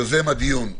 יוזם הדיון,